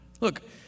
Look